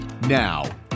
Now